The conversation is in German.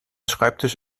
schreibtisch